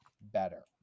better